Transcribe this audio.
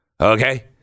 okay